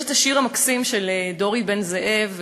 יש השיר המקסים של דורי בן-זאב,